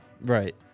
Right